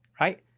right